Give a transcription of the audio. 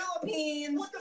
Philippines